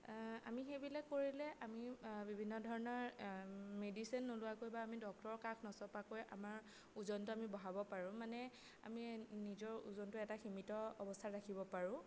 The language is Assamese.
আমি সেইবিলাক কৰিলে আমি বিভিন্ন ধৰণৰ মেডিচিন নোলোৱাকৈ বা আমি ডক্তৰৰ কাষ নচপাকৈ আমাৰ ওজনটো আমি বঢ়াব পাৰোঁ মানে আমি নিজৰ ওজনটো এটা সীমিত অৱস্থাত ৰাখিব পাৰোঁ